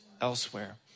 elsewhere